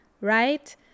right